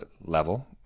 level